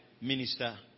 minister